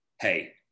hey